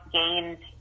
gained